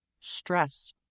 Stress